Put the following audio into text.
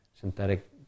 synthetic